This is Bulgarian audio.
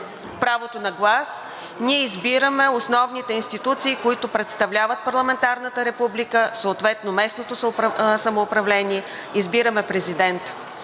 правото на глас ние избираме основните институции, които представляват парламентарната република, съответно местното самоуправление, избираме президента.